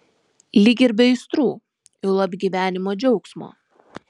lyg ir be aistrų juolab gyvenimo džiaugsmo